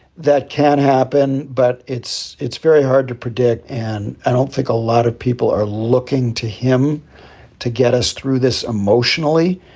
that can happen. but it's it's very hard to predict. and i don't think a lot of people are looking to him to get us through this emotionally.